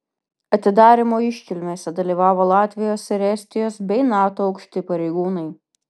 atidarymo iškilmėse dalyvavo latvijos ir estijos bei nato aukšti pareigūnai